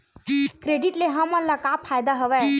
Credit ले हमन ला का फ़ायदा हवय?